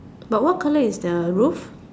but what colour is the roof